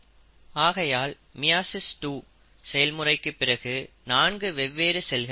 ஆகையால் மியாசிஸ் 2 செயல்முறைக்கு பிறகு நான்கு வெவ்வேறு செல்கள் கிடைக்கும்